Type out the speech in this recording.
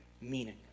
meaning